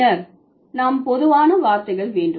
பின்னர் நாம் பொதுவான வார்த்தைகள் வேண்டும்